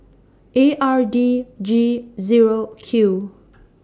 A R D G Zero Q